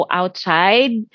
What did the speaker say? outside